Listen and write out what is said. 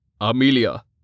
Amelia